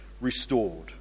Restored